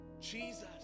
Jesus